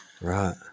Right